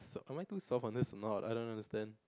am I too soft on this or not I don't understand